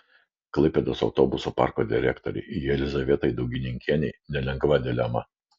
klaipėdos autobusų parko direktorei jelizavetai daugininkienei nelengva dilema